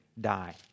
die